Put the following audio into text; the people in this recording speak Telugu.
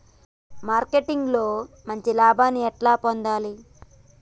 మార్కెటింగ్ లో మంచి లాభాల్ని ఎట్లా పొందాలి?